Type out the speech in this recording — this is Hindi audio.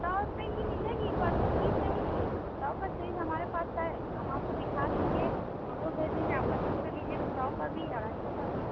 सौ रुपये की मिलेगी पर वह चीज़ नहीं मिलेगी सौ का चीज़ हमारे पास है हम आपको दिखा देंगे फ़ोटो भेज देंगे आप पसन्द कर लीजिएगा सौ का भी अढ़ाई सौ का भी